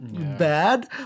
bad